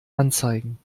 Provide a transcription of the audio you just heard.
anzeigen